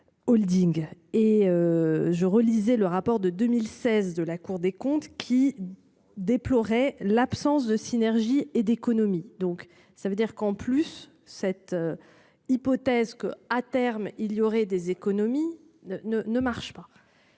Holding et. Je relisais le rapport de 2016 de la Cour des comptes qui. Déplorait l'absence de synergies et d'économies. Donc ça veut dire qu'en plus cette. Hypothèse que à terme, il y aurait des économies ne ne marche pas.